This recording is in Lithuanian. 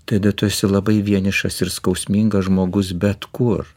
tada tu esi labai vienišas ir skausmingas žmogus bet kur